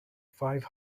five